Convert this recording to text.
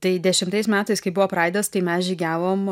tai dešimtais metais kai buvo praidas tai mes žygiavom